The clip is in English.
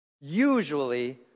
Usually